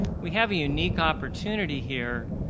we have a unique opportunity here.